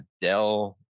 Dell